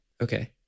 Okay